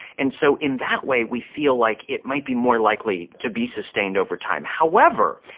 and so in that way we feel like it might be more likely to be sustained over time. however,